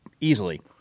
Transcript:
easily